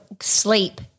sleep